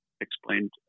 explained